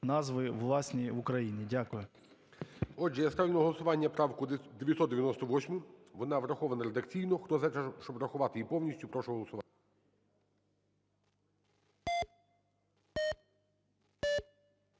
назви власні в Україні. Дякую.